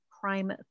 crime